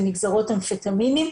ונגזרות אמפטמינים,